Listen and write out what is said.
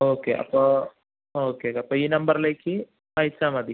okay അപ്പോൾ okay അപ്പം ഈ നമ്പറിലേയ്ക്ക് പൈസ മതി